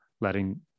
letting